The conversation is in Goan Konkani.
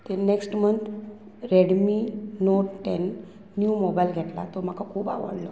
ते next month Redmi Note ten new mobile घेतला तो म्हाका खूब आवडलो